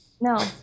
no